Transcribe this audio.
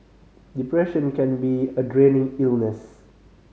depression can be a draining illness